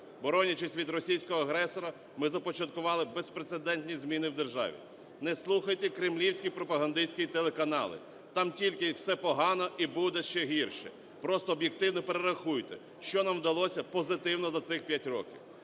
боронячись від російського агресора, ми започаткували безпрецедентні зміни в державі. Не слухайте кремлівські пропагандистські телеканали, там тільки все погано і буде ще гірше. Просто об'єктивно перерахуйте, що нам вдалося позитивного за цих 5 років.